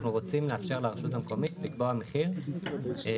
אנחנו רוצים לאפשר לרשות המקומית לקבוע מחיר שמתאים.